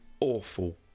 awful